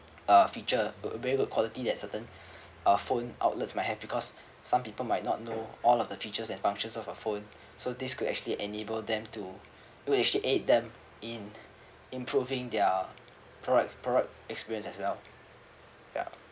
uh feature a very good quality that certain uh phone outlets might have because some people might not know all of the features and functions of a phone so this could actually enable them to do actually aid them in improving their product product experience as well